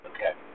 Okay